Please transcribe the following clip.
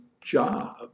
job